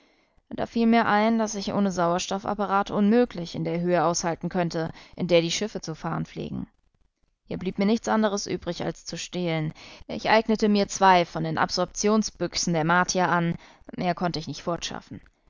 da fiel mir ein daß ich ohne sauerstoffapparat unmöglich in der höhe aushalten könnte in der die schiffe zu fahren pflegen hier blieb mir nichts anderes übrig als zu stehlen ich eignete mir zwei von den absorptionsbüchsen der martier an mehr konnte ich nicht fortschaffen